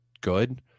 good